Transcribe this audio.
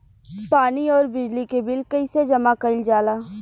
पानी और बिजली के बिल कइसे जमा कइल जाला?